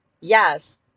yes